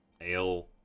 ale